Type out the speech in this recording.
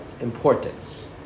importance